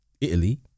Italy